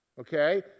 Okay